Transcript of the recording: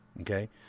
Okay